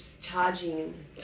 charging